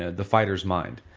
ah the fighter's mind.